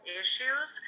issues